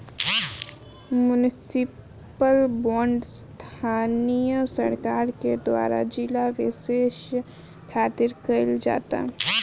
municipal bond स्थानीय सरकार के द्वारा जिला बिशेष खातिर कईल जाता